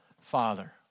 Father